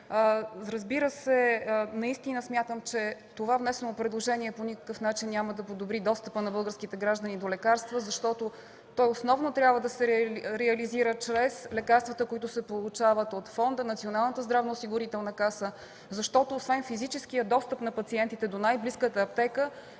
препарати. Наистина смятам, че това внесено предложение по никакъв начин няма да подобри достъпа на българските граждани до лекарства, защото той основно трябва да се реализира чрез лекарствата, които се получават от фонда, Националната здравноосигурителна каса, защото освен физическия достъп на пациентите до най-близката аптека,